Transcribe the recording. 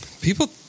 People